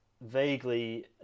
vaguely